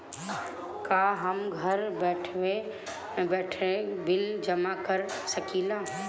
का हम घर बइठे बिल जमा कर शकिला?